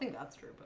that